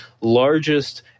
largest